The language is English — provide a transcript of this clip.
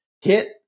hit